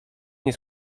nie